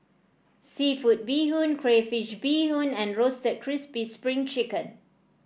seafood Bee Hoon Crayfish Beehoon and Roasted Crispy Spring Chicken